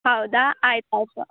ಹೌದಾ ಆಯ್ತು ಆಯಿತು